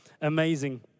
amazing